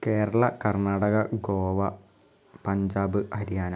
Keralam Karnataka Goa Punjab Haryana